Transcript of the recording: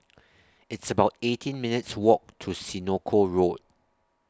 It's about eighteen minutes' Walk to Senoko Road